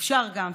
אפשר גם וגם,